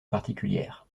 particulière